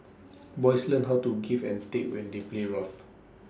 boys learn how to give and take when they play rough